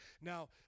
Now